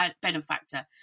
benefactor